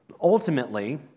ultimately